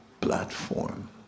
platform